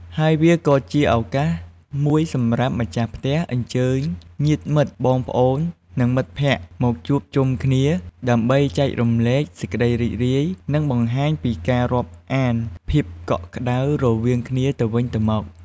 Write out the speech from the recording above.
ហើយវាក៏ជាឱកាសមួយសម្រាប់ម្ចាស់ផ្ទះអញ្ជើញញាតិមិត្ត បងប្អូន និងមិត្តភក្តិមកជួបជុំគ្នា ដើម្បីចែករំលែកសេចក្តីរីករាយ និងបង្ហាញពីការរាប់អានភាពកក់ក្តៅរវាងគ្នាទៅវិញទៅមក។